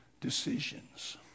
decisions